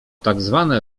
tzw